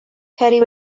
ceri